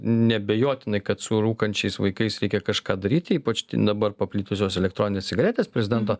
neabejotinai kad su rūkančiais vaikais reikia kažką daryti ypač dabar paplitusios elektroninės cigaretės prezidento